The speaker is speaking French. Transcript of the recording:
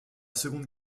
seconde